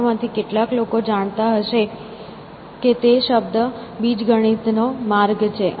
તમારામાંથી કેટલાક લોકો જાણતા હશે કે તે શબ્દ બીજગણિત નો માર્ગ છે